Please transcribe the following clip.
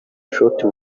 ishoti